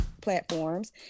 platforms